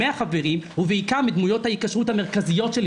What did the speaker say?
מהחברים ובעיקר מדמויות ההיקשרות המרכזיות שלי